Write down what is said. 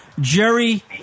Jerry